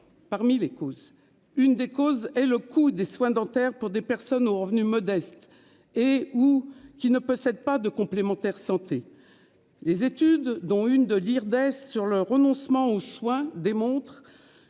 Parmi les causes. Une des causes et le coût des soins dentaires pour des personnes aux revenus modestes et ou qui ne possèdent pas de complémentaire santé. Les études dont une de lire d'sur le renoncement aux soins démontre.